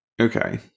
Okay